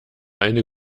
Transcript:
eine